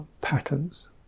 patterns